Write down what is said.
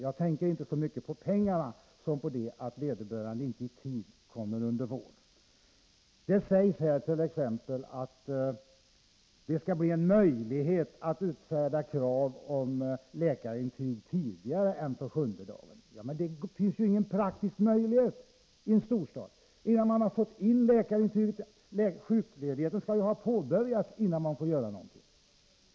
Jag tänker inte så mycket på pengarna som på att vederbörande inte i tid kommer under vård. Det sägs härt.ex. att det skall bli möjligt att kräva läkarintyg tidigare än på sjunde dagen, men det finns ju ingen praktisk möjlighet till detta i en storstad. Sjukledigheten skall ju ha påbörjats, innan man får kräva någonting.